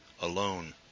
alone